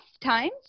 times